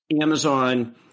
Amazon